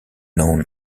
known